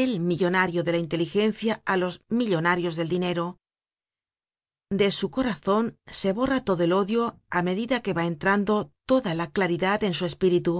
él millonario de la intelegencia á los millonarios del dinero de su corazon se borra todo el odio á medida que va entrando toda la claridad en su espíritu